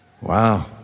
Wow